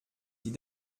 die